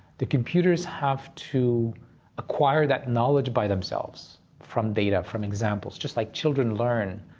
the computers have to acquire that knowledge by themselves from data, from examples. just like children learn,